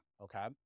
okay